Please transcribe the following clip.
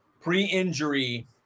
pre-injury